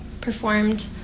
performed